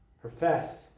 professed